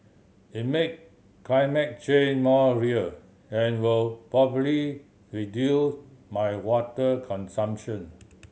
it make climate change more real and will probably reduce my water consumption